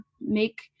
make